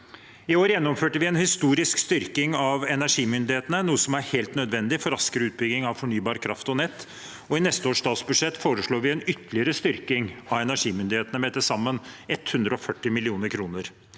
I år gjennomførte vi en historisk styrking av energimyndighetene, noe som er helt nødvendig for raskere utbygging av fornybar kraft og nett, og i neste års statsbudsjett foreslår vi en ytterligere styrking av energimyndighetene, med til sammen 140 mill. kr.